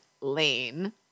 lane